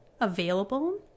available